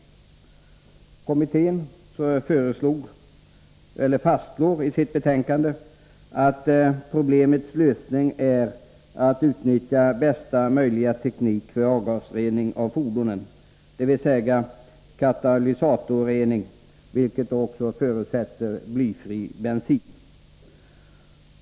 Kommittén fastslår i sitt betänkande att problemets lösning är att utnyttja bästa möjliga teknik för avgasrening av fordon, dvs. katalysatorrening, vilket förutsätter blyfri bensin.